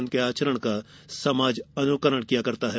उनके आचरण का समाज अनुकरण करता है